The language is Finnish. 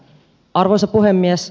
arvoisa puhemies